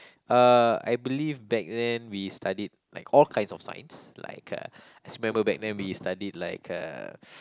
uh I believe back then we studied like all kinds of Science like uh I just remember back then we studied like uh